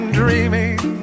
dreaming